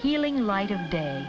healing light of day